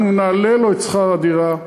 אנחנו נעלה לו את שכר הדירה,